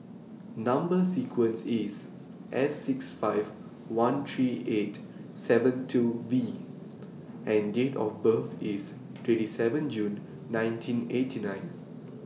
Number sequence IS S six five one three eight seven two V and Date of birth IS twenty seven June nineteen eighty nine